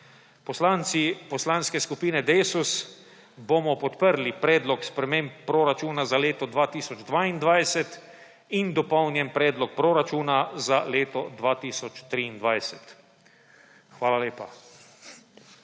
Poslanci Poslanske skupine Desus bomo podprli Predlog sprememb proračuna za leto 2022 in Dopolnjen predlog proračuna za leto 2023. Hvala lepa.